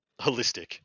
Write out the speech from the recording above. holistic